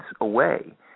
away